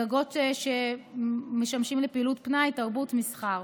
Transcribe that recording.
גגות שמשמשים לפעילות פנאי, תרבות, מסחר.